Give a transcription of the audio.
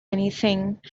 anything